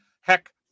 Heck